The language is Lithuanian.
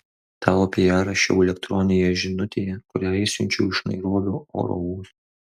tau apie ją rašiau elektroninėje žinutėje kurią išsiunčiau iš nairobio oro uosto